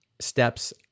steps